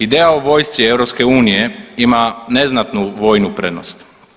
Ideja o vojsci EU ima neznatnu vojnu prednost.